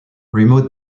remote